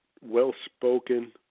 well-spoken